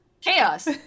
Chaos